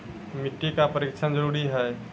मिट्टी का परिक्षण जरुरी है?